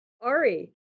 Ari